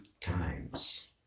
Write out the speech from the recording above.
times